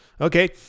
Okay